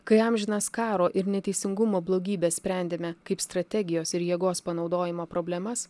kai amžinas karo ir neteisingumo blogybes sprendėme kaip strategijos ir jėgos panaudojimo problemas